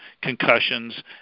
concussions